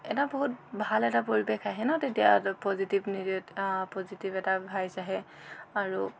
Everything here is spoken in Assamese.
এটা বহুত ভাল এটা পৰিৱেশ আহে ন তেতিয়া পজিটিভ নিগে পজিটিভ এটা ভাইবজ আহে আৰু